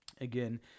Again